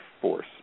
force